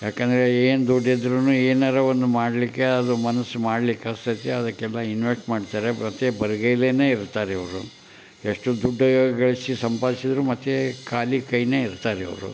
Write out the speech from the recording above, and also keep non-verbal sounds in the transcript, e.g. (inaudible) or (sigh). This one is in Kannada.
ಯಾಕೆಂದ್ರೆ ಏನು ದುಡ್ದಿದ್ದರೂ ಏನಾರು ಒಂದು ಮಾಡಲಿಕ್ಕೆ ಅದು ಮನಸ್ಸು ಮಾಡಲಿಕ್ಕೆ (unintelligible) ಅದಕ್ಕೆಲ್ಲ ಇನ್ವೆಸ್ಟ್ ಮಾಡ್ತಾರೆ ಮತ್ತು ಬರಿಗೈಲೆನೇ ಇರ್ತಾರೆ ಅವರು ಎಷ್ಟು ದುಡ್ಡು ಗಳಿಸಿ ಸಂಪಾದಿಸಿದರು ಮತ್ತು ಕಾಲಿ ಕೈನೇ ಇರ್ತಾರೆ ಅವರು